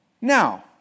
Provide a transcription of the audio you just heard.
Now